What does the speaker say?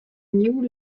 new